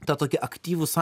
tą tokį aktyvų